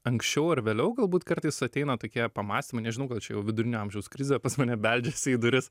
anksčiau ar vėliau galbūt kartais ateina tokie pamąstymai nežinau gal čia jau vidurinio amžiaus krizė pas mane beldžiasi į duris